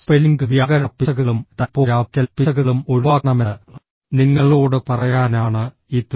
spelling വ്യാകരണ പിശകുകളും typographical പിശകുകളും ഒഴിവാക്കണമെന്ന് നിങ്ങളോട് പറയാനാണ് ഇത്